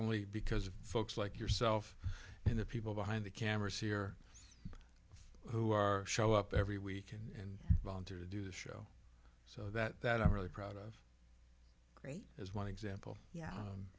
only because of folks like yourself and the people behind the cameras here who are show up every week and volunteer to do the show so that i'm really proud of me as one example yeah